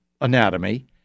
anatomy